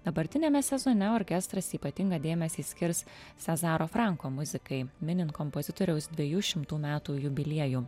dabartiniame sezone orkestras ypatingą dėmesį skirs sezaro franko muzikai minint kompozitoriaus dviejų šimtų metų jubiliejų